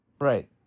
Right